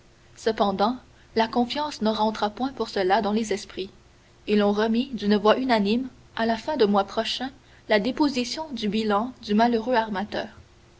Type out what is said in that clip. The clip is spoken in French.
cependant la confiance ne rentra point pour cela dans les esprits et l'on remit d'une voix unanime à la fin du mois prochain la déposition du bilan du malheureux armateur